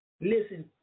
Listen